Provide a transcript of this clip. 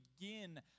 begin